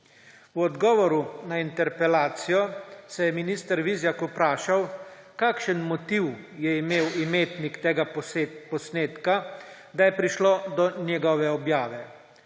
V odgovoru na interpelacijo se je minister Vizjak vprašal, kakšen motiv je imel imetnik tega posnetka, da je prišlo do njegove objave.